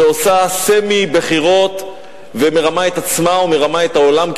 שעושה סמי-בחירות ומרמה את עצמה או מרמה את העולם,